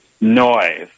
noise